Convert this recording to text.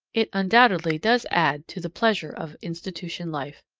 it undoubtedly does add to the pleasure of institution life.